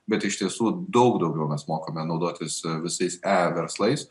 bet iš tiesų daug daugiau mes mokame naudotis visais e verslais